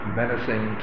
menacing